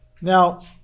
Now